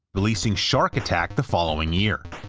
releasing shark attack the following year.